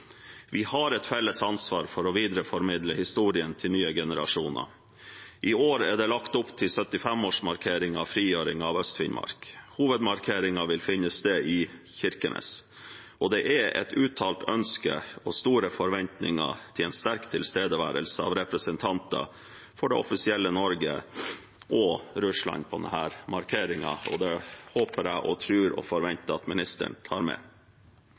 Vi har et felles ansvar for å videreformidle historien til nye generasjoner. I år er det lagt opp til 75-årsmarkering av frigjøringen av Øst-Finnmark. Hovedmarkeringen vil finne sted i Kirkenes. Det er et uttalt ønske og store forventninger til en sterk tilstedeværelse av representanter for det offisielle Norge og Russland på denne markeringen, og det håper, tror og forventer jeg at ministeren tar med